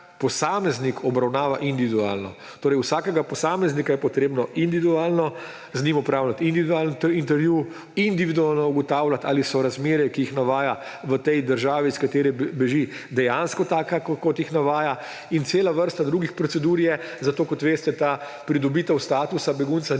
posameznik obravnava individualno. Torej, z vsakim posameznikom je potrebno individualno opravljati individualni intervju, individualno ugotavljati, ali so razmere, ki jih navaja – v tej državi, iz katere beži –, dejansko takšna, kot jih navaja. In cela vrsta drugih procedur je. Zato, kot veste, ta pridobitev statusa begunca